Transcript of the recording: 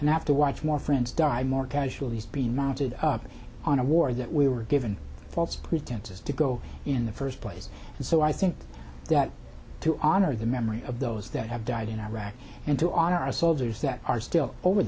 have to watch more friends die more casualties being mounted on a war that we were given false pretenses to go in the first place and so i think that to honor the memory of those that have died in iraq and to honor our soldiers that are still over